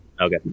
Okay